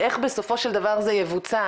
איך בסופו של דבר זה יבוצע?